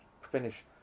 finish